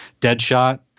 Deadshot